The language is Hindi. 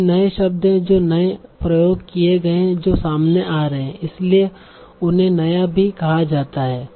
विभिन्न नए शब्द हैं जो नए प्रयोग किए गए हैं जो सामने आ रहे हैं इसलिए उन्हें नया भी कहा जाता है